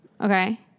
Okay